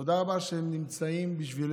תודה רבה שהם נמצאים בשבילנו,